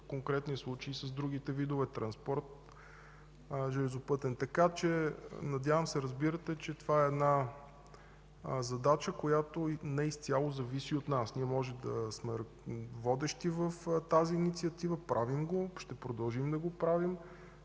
в конкретния случай и с другите видове транспорт, железопътен и така нататък. Надявам се разбирате, че това е задача, която не изцяло зависи от нас. Ние може да сме водещи в тази инициатива, правим го, ще продължим да го правим.